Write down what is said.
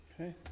Okay